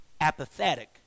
apathetic